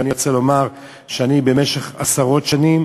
ואני רוצה לומר שאני במשך עשרות שנים